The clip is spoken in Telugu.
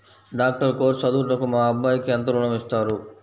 డాక్టర్ కోర్స్ చదువుటకు మా అబ్బాయికి ఎంత ఋణం ఇస్తారు?